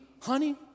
Honey